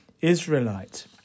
Israelite